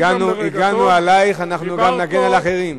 הגנו עלייך ואנחנו גם נגן על אחרים.